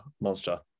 monster